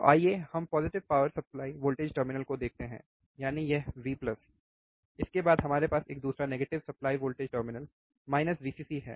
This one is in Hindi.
तो आइए हम पॉजिटिव सप्लाई वोल्टेज टर्मिनल को देखते हैं यानी यह V इसके बाद हमारे पास एक दूसरा negative supply voltage terminal minus Vcc है